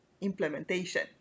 implementation